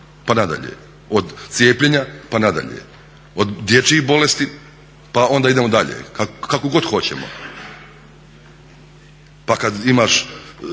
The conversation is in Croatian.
pa nadalje, od cijepljenja pa nadalje, od dječjih bolesti pa onda idemo dalje kako god hoćemo. Pa kada imaš